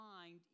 mind